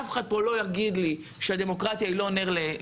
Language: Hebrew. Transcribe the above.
אף אחד פה לא יגיד לי שהדמוקרטיה היא לא נר לרגליי.